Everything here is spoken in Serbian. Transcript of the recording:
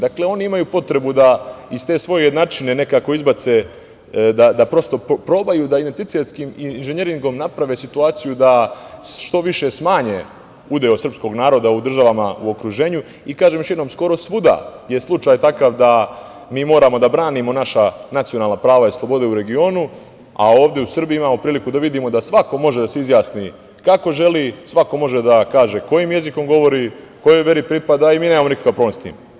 Dakle, oni imaju potrebu da iz te svoje jednačine nekako izbace, da prosto probaju da identitetskim inženjeringom naprave situaciju da što više smanje udeo srpskog naroda u državama u okruženju i kažem još jednom, skoro svuda je slučaj takav da mi moramo da branimo naša nacionalna prava i slobode u regionu, a ovde u Srbiji imamo priliku da vidimo da svako može da se izjasni kako želi, svako može da kaže kojim jezikom govori, kojoj veri pripada i mi nemamo nikakav problem s tim.